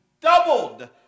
doubled